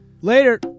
Later